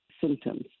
symptoms